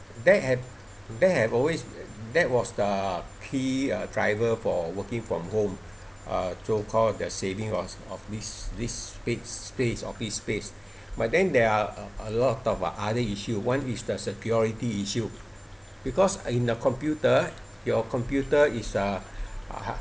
there have there have always that was a key driver for working from home uh so called the saving of of this this space space office space but then there are a a lot of other issue one is the security issue because in a computer your computer is a